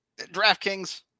DraftKings